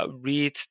read